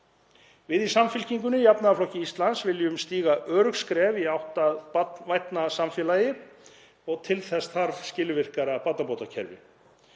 Við í Samfylkingunni, jafnaðarflokki Íslands, viljum stíga örugg skref í átt að barnvænna samfélagi og til þess þarf skilvirkara barnabótakerfi.